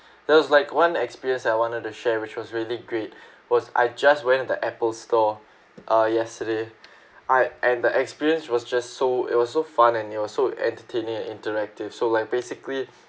there was like one experience that I wanted to share which was really great was I just went to the Apple store uh yesterday I and the experience was just so it was so fun and it was so entertaining and interactive so like basically